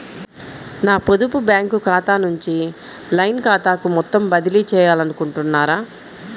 నా పొదుపు బ్యాంకు ఖాతా నుంచి లైన్ ఖాతాకు మొత్తం బదిలీ చేయాలనుకుంటున్నారా?